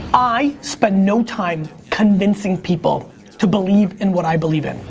i spend no time convincing people to believe in what i believe in.